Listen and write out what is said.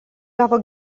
gavo